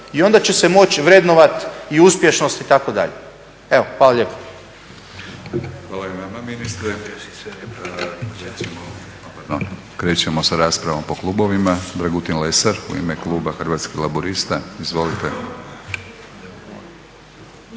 i onda će se moći vrednovati i uspješnost itd. Evo, hvala lijepo.